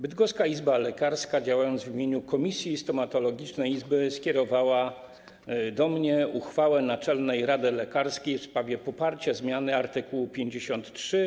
Bydgoska Izba Lekarska, działając w imieniu Komisji Stomatologicznej tej izby, skierowała do mnie uchwałę Naczelnej Rady Lekarskiej w sprawie poparcia zmiany art. 53.